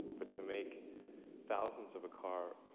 but to make thousands of a car